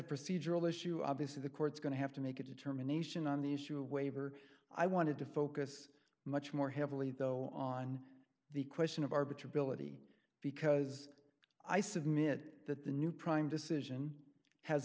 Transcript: procedural issue obviously the court's going to have to make a determination on the issue of waiver i wanted to focus much more heavily though on the question of arbiter ability because i submit that the new prime decision has